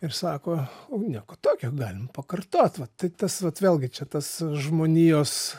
ir sako nieko tokio galim pakartot vat tai tas vat vėlgi čia tas žmonijos